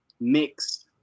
mix